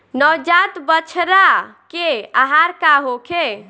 नवजात बछड़ा के आहार का होखे?